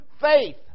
faith